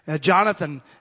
Jonathan